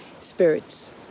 spirits